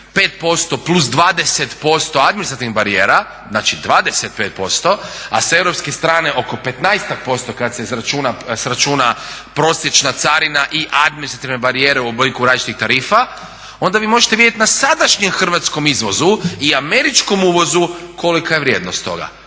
5% plus 20% administrativnih barijera znači 25%, a sa europske strane oko 15%-ak kada se izračuna prosječna carina i administrativne barijere u obliku različitih tarifa onda vi možete vidjeti na sadašnjem hrvatskom izvozu i američkom uvozu kolika je vrijednost toga.